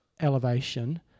elevation